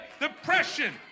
Depression